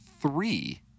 three